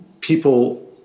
people